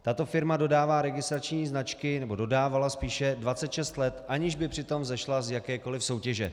Tato firma dodává registrační značky, nebo spíše dodávala 26 let, aniž by přitom vzešla z jakékoliv soutěže.